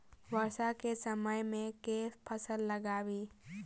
वर्षा केँ समय मे केँ फसल लगाबी?